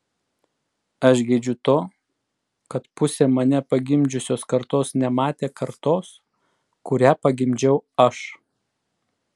aš gedžiu to kad pusė mane pagimdžiusios kartos nematė kartos kurią pagimdžiau aš